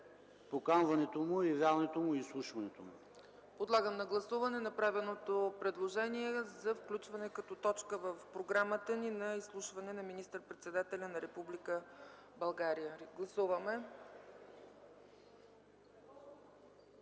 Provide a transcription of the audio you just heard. поканването му, явяването му и изслушването му. ПРЕДСЕДАТЕЛ ЦЕЦКА ЦАЧЕВА: Подлагам на гласуване направеното предложение за включване като точка в програмата ни на изслушване на министър-председателя на Република България. Гласували